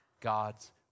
God's